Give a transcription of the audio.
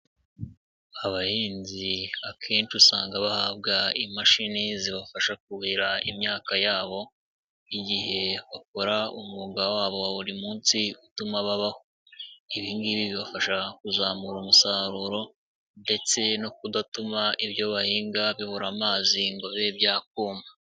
Abahinzi akenshi usanga bahabwa imashini zibafasha kuhira imyaka yabo, igihe bakora umwuga wabo wa buri munsi utuma babaho, ibi ngibi bibafasha kuzamura umusaruro ndetse no kudatuma ibyo bahinga bibura amazi ngo bibe byakuma.